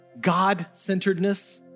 God-centeredness